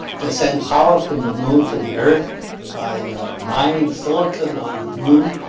to send power from the moon to the earth by mining silicon on the moon,